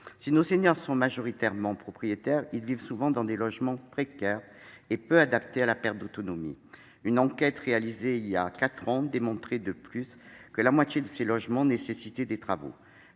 Si nos seniors sont majoritairement propriétaires, ils vivent souvent dans des logements précaires et peu adaptés à la perte d'autonomie. Une enquête réalisée voilà quatre ans démontrait de surcroît que plus de la moitié de ces logements nécessitaient des travaux.